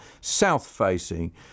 south-facing